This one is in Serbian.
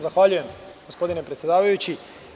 Zahvaljujem, gospodine predsedavajući.